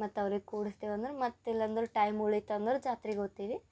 ಮತ್ತು ಅವ್ರಿಗೆ ಕೂಡಿಸ್ತೇವೆ ಅಂದರೆ ಮತ್ತು ಇಲ್ಲಂದ್ರೆ ಟೈಮ್ ಉಳಿತಂದ್ರೆ ಜಾತ್ರೆಗೆ ಹೋತಿವಿ